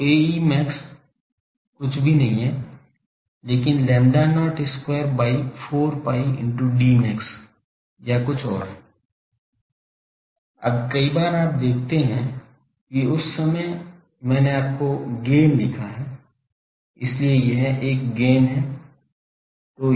तो Ae max कुछ भी नहीं है लेकिन lambda not square by 4 pi into Dmax या कुछ और अब कई बार आप देखते है कि उस समय मैंने आपको गैन लिखा है इसलिए यह एक गैन है